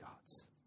gods